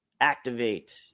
activate